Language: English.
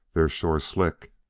they're sure slick,